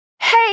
Hey